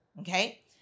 Okay